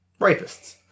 rapists